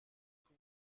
que